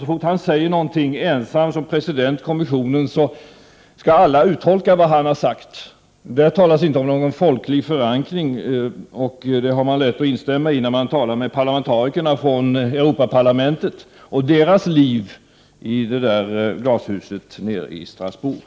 Så fort han ensam säger något som president i kommissionen skall alla uttolka vad han har sagt. Där talas det inte om någon folklig förankring. Om detta har man lätt att instämma med parlamentarikerna från Europaparlamentet och deras liv i glashuset i Strasbourg.